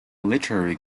literary